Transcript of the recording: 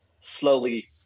slowly –